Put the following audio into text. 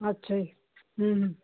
ਅੱਛਾ ਜੀ ਹੂੰ ਹੂੰ